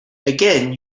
again